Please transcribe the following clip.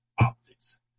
optics